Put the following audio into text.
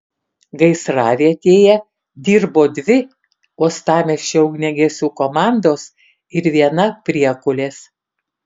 gaisravietėje dirbo dvi uostamiesčio ugniagesių komandos ir viena priekulės